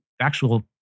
actual